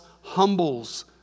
humbles